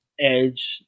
Edge